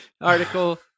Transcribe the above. article